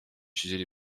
siedzieli